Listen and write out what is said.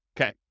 Okay